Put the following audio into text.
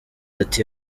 ati